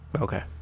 Okay